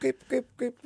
kaip kaip kaip